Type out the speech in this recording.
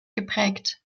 geprägt